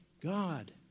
God